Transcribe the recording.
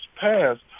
passed